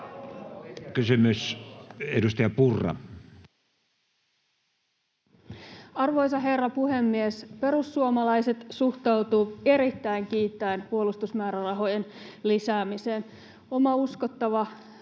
Time: 16:07 Content: Arvoisa herra puhemies! Perussuomalaiset suhtautuu erittäin kiittäen puolustusmäärärahojen lisäämiseen. Oma uskottava